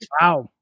Wow